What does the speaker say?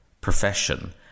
profession